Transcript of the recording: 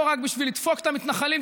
רק בשביל לדפוק את המתנחלים,